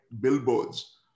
billboards